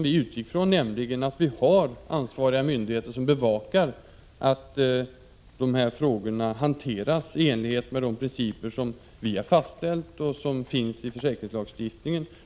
Vi utgick ifrån att vi har ansvariga myndigheter som bevakar att de här frågorna hanteras i enlighet med de principer som vi har fastställt i försäkringslagstiftningen.